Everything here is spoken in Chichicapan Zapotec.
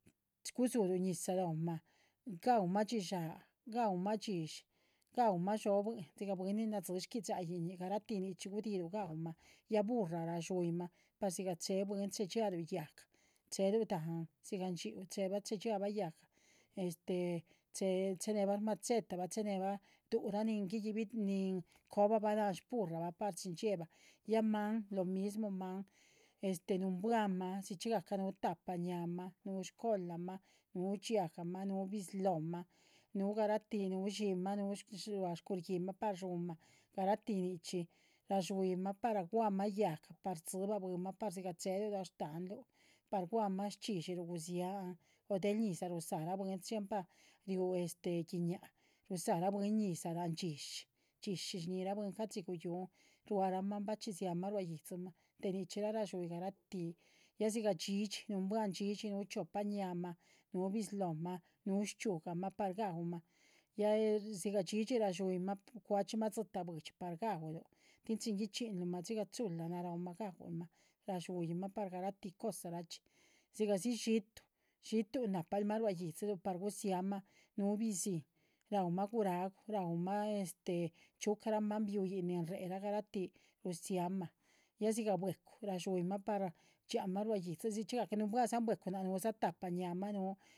Gudzu´luh ñizah loh´ma, ga´uma dxíshaa, ga´uma dhxóbuiín, dhxigah bwin nin nadxi gui´dxaiñin garah´ti nichxí guniꞌluh ga´uma, ya burrah: ra´dxuyin´ma par dhxigah chee bwin. ria´dxialuh yaga, cheeluh dahán, dhxigah´n dxhíu chee´ba che´dxiaba yaga, este che´nehba machete´ba che´nehba du´ura nin cohoba´ba la´nh burrah´ba par chín dzie´ba. ya maan lo mismo´ma, nuunbuanh´ma dhxigahca nu tahpa ñaa´ma, nu´cola´ma, nu dxiahga´ma, nu bizlóh´ma, nu garahtí, nu dxín´ma, nu ruá cuhirgi´ma par dxhun´ma,. garahti nichxi, ra´dxuyin´ma par guah´ma yaga, par dhxiba bwin´ma, par dhxigahcheel lo dahán´luh, par guah´ma yi´dxi´luh guhzian o del ñisaa rudza´ra bwin. dxhiempa riúu guiñaá, rudza´ra bwin ñisaa, dxhishi, dxhisi shñihra bwin ca´dxi guyun ruá´rahma bachxi si´aahma rua yidzima, de nichxi ra ra´dxuyin garahti. ya dhxigah dxídxi, nuunbuah dxidxi, nu chiopa ñaa´ma, nu bizlóh´ma, nu shchxiúgahma par ga´uma, ya dhxigahdxidxi ra´dxuyinma par cuah´chima dzitáh buidxi, par ga´uluh. tín chín guichxínluhma dhxigah chula naróoma ga´uluhma ra´dxuyinma par garahti cosa chi, dhxigah si xiitu, xiitun na´pah luhma rua yídziluh par gusihama, núu biziíhn. ra´uma guragu ra´uma chiucara maan biuyin nin réh´ra garati rusihamaya, dhxigah bwecu ra´dxuyinma par dxianma rua yídziluh dzi chxí gahca nuunbuahsan bwecu. nu dza tahpa ñaa´ma, nu